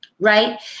Right